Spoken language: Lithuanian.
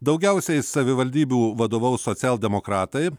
daugiausiai savivaldybių vadovaus socialdemokratai